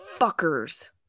fuckers